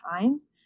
times